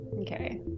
Okay